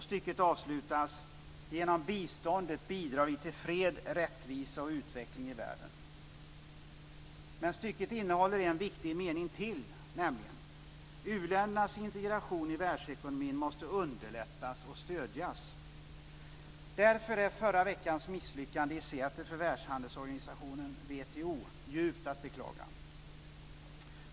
Stycket avslutas med: "Genom biståndet bidrar vi till fred, rättvisa och utveckling i världen." Men stycket innehåller en viktig mening till, nämligen: "U-ländernas integration i världsekonomin måste underlättas och stödjas." Därför är förra veckans misslyckande i Seattle för världshandelsorganisationen WTO djupt att beklaga.